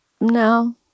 no